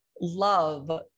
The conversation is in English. love